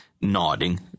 nodding